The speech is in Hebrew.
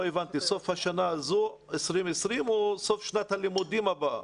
סוף השנה הזו, 2020, או סוף שנת הלימודים הבאה?